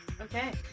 Okay